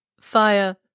Fire